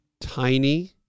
Tiny